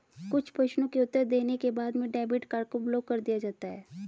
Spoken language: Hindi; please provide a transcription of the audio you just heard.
कुछ प्रश्नों के उत्तर देने के बाद में डेबिट कार्ड को ब्लाक कर दिया जाता है